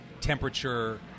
temperature